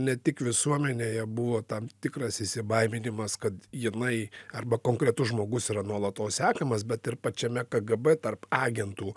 ne tik visuomenėje buvo tam tikras įsibaiminimas kad jinai arba konkretus žmogus yra nuolatos sekamas bet ir pačiame kgb tarp agentų